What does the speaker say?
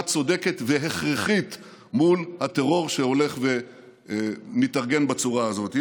צודקת והכרחית מול הטרור שהולך ומתארגן בצורה הזאת.